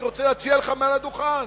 אני רוצה להציע לך מעל הדוכן: